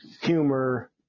humor